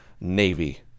navy